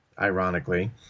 ironically